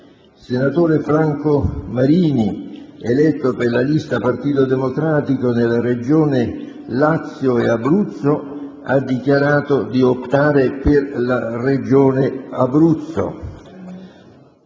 senatore Franco Marini, eletto per la lista "Partito Democratico" nelle Regioni Lazio e Abruzzo, ha dichiarato di optare per la Regione Abruzzo.